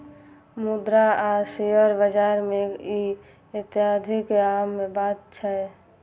मुद्रा आ शेयर बाजार मे ई अत्यधिक आम बात छै